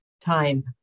time